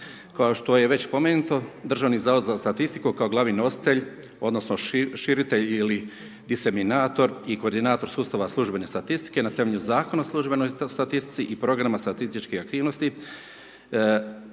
Kao što je već spomenuto, DZSS kao glavni nositelj odnosno širitelj ili diserminator i koordinator službene statistike na temelju Zakona o službenoj statistici i programa statističkih aktivnosti,